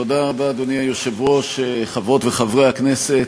תודה רבה, אדוני היושב-ראש, חברות וחברי הכנסת,